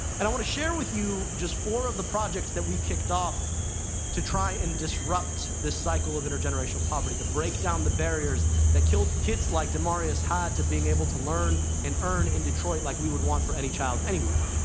and i want to share with you just four of the projects that we kicked off to try and disrupt this cycle of intergenerational poverty, break down the barriers that kids kids like demaryius had to being able to learn and earn in detroit, like we would want for any child, anywhere.